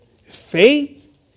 Faith